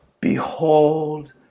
Behold